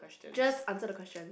just answer the questions